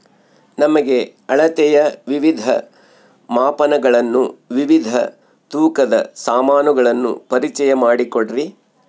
ನಮಗೆ ಅಳತೆಯ ವಿವಿಧ ಮಾಪನಗಳನ್ನು ವಿವಿಧ ತೂಕದ ಸಾಮಾನುಗಳನ್ನು ಪರಿಚಯ ಮಾಡಿಕೊಡ್ರಿ?